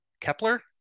kepler